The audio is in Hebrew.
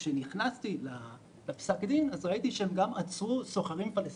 כשנכנסתי לפסק הדין ראיתי שהם עצרו גם סוחרים פלסטינים,